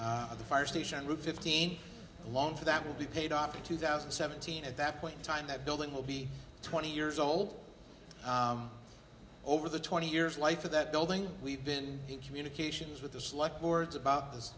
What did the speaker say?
of the fire station with fifteen long for that will be paid off in two thousand and seventeen at that point in time that building will be twenty years old over the twenty years life for that building we've been in communications with the select boards about those